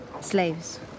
Slaves